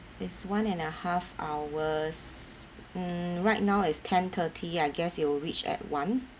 it's one and a half hours mm right now is ten thirty I guess you will reach at one